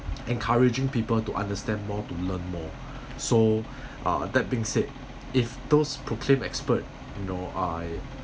encouraging people to understand more to learn more so uh that being sick if those proclaim expert nor I